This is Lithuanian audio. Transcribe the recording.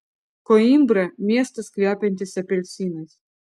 koimbra miestas kvepiantis apelsinais